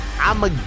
I'ma